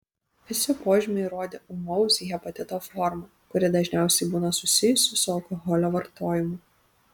visi požymiai rodė ūmaus hepatito formą kuri dažniausiai būna susijusi su alkoholio vartojimu